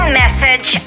message